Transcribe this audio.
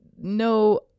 no